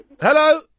Hello